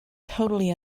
totally